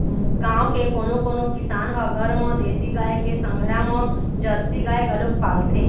गाँव के कोनो कोनो किसान ह घर म देसी गाय के संघरा म जरसी गाय घलोक पालथे